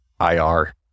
IR